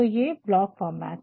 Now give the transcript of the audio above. तो ये है ब्लॉक फॉर्मेट